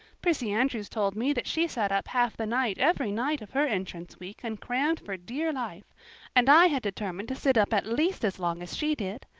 prissy andrews told me that she sat up half the night every night of her entrance week and crammed for dear life and i had determined to sit up at least as long as she did.